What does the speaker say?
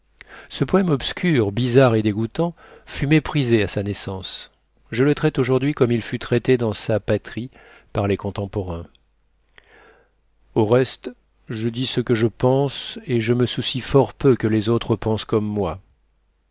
ce poëme obscur bizarre et dégoûtant fut méprisé à sa naissance je le traite aujourd'hui comme il fut traité dans sa patrie par les contemporains au reste je dis ce que je pense et je me soucie fort peu que les autres pensent comme moi